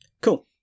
Cool